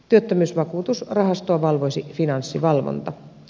työttömyysvakuutusrahastoa valvoisi finanssivalvonta